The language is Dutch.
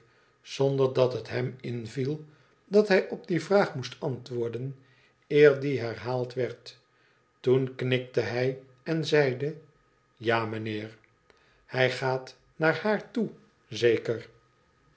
zonder dat het hem inviel dat hij op die vraag moest antwoorden eer die herhaald werd toen knikte hij en zeide ja mijnheer thij gaat naar haar toe